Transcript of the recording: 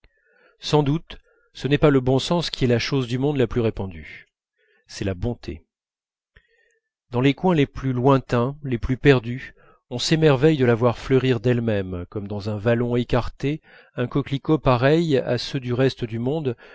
sans doute ce n'est pas le bon sens qui est la chose du monde la plus répandue c'est la bonté dans les coins les plus lointains les plus perdus on s'émerveille de la voir fleurir d'elle-même comme dans un vallon écarté un coquelicot pareil à ceux du reste du monde